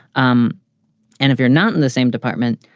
um and if you're not in the same department,